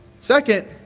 Second